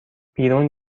بیرون